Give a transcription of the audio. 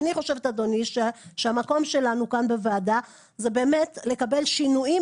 אני חושבת אדוני שהמקום שלנו כאן בוועדה זה באמת לקבל שינויים,